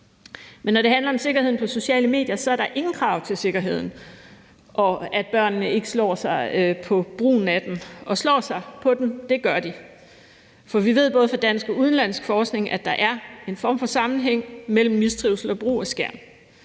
Men når det handler om sikkerheden på sociale medier, er der ingen krav til sikkerheden, og der er ingen krav til, at børnene ikke slår sig på brugen af dem. Og slår sig på dem, det gør de, for vi ved både fra dansk og udenlandsk forskning, at der er en form for sammenhæng mellem mistrivsel og brug af skærm.